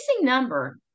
number